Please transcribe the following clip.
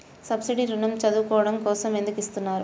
Subsidy ఋణం చదువుకోవడం కోసం ఎందుకు ఇస్తున్నారు?